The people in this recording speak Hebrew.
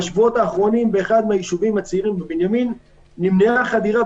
בשבועות האחרונים באחד הישובים הצעירים בבנימין נמנעה בנס חדירה,